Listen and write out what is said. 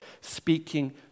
speaking